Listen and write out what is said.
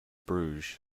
bruges